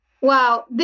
Wow